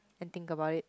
I think about it